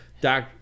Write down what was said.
Doc